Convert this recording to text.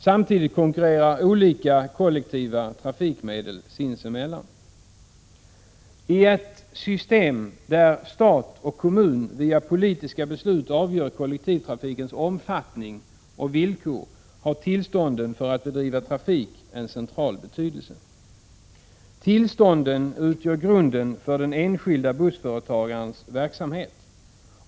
Samtidigt konkurrerar olika kollektiva trafikmedel sinsemellan. I ett system där stat och kommun via politiska beslut avgör kollektivtrafikens omfattning och villkor har tillstånden för att bedriva trafik en central betydelse. Trafiktillståndet utgör grunden för den enskilde bussföretagarens verksamhet.